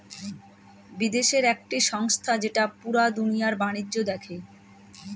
বিদেশের একটি সংস্থা যেটা পুরা দুনিয়ার বাণিজ্য দেখে